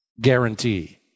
Guarantee